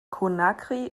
conakry